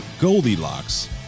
goldilocks